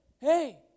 hey